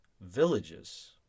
villages